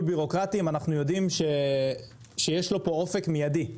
ביורוקרטי אם אנחנו יודעים שיש לו פה אופק מידי,